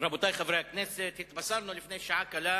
רבותי חברי הכנסת, התבשרנו לפני שעה קלה